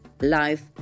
life